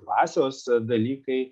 dvasios dalykai